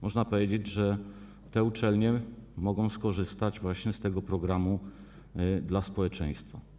Można powiedzieć, że te uczelnie mogą skorzystać właśnie z tego programu dla społeczeństwa.